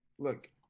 Look